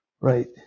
Right